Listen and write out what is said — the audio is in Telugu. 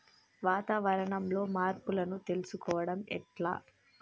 వాతావరణంలో మార్పులను తెలుసుకోవడం ఎట్ల?